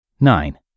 Nine